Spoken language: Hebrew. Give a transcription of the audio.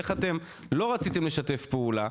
איך אתם לא רציתם לשתף פעולה,